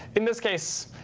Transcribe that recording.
in this case,